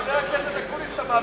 חבר הכנסת אקוניס, אתה,